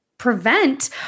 Prevent